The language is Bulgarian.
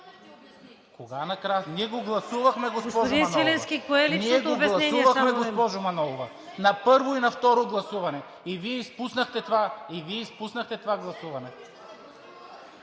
СВИЛЕНСКИ: Ние го гласувахме, госпожо Манолова, на първо и на второ гласуване и Вие изпуснахте това гласуване.